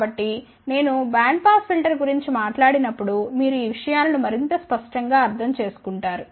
కాబట్టి నేను band pass filter గురించి మాట్లాడినప్పుడు మీరు ఈ విషయాలను మరింత స్పష్టంగా అర్థం చేసు కుంటారు